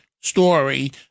story